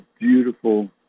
beautiful